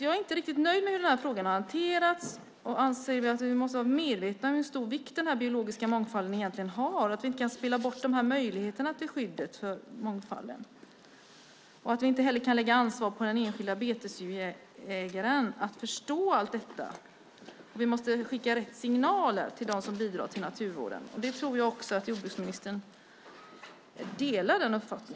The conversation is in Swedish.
Jag är inte riktigt nöjd med hur frågan har hanterats och anser att vi måste vara medvetna om hur stor vikt den biologiska mångfalden har. Vi kan inte spela bort möjligheterna till skydd för mångfalden. Vi kan inte heller lägga ansvar på den enskilda betesdjurägaren att förstå allt detta. Vi måste skicka rätt signaler till dem som bidrar till naturvården. Jag tror att jordbruksministern delar denna uppfattning.